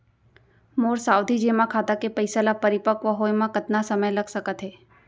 मोर सावधि जेमा खाता के पइसा ल परिपक्व होये म कतना समय लग सकत हे?